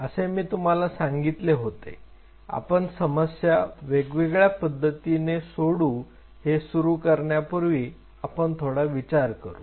असे मी तुम्हाला सांगितले होते आपण समस्या वेगळ्या पद्धतीने सोडवू हे सुरू करण्यापूर्वी आपण थोडा विचार करू